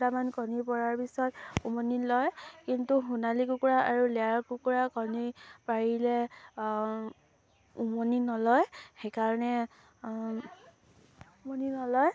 কেইটামান কণী পৰাৰ পিছত উমনি লয় কিন্তু সোণালী কুকুৰা আৰু লেয়াৰ কুকুৰাই কণী পাৰিলে উমনি নলয় সেইকাৰণে উমনি নলয়